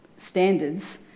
standards